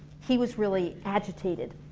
he was really agitated,